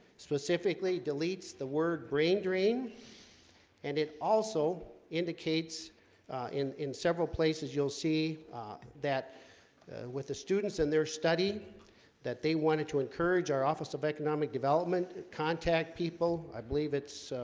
specifically deletes the word brain drain and it also indicates in in several places you'll see that with the students and their study that they wanted to encourage our office of economic development contact people i believe it's